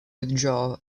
withdrawal